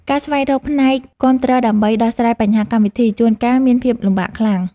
ការស្វែងរកផ្នែកគាំទ្រដើម្បីដោះស្រាយបញ្ហាកម្មវិធី ជួនកាលមានភាពលំបាកខ្លាំង។